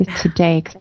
today